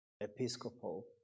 episcopal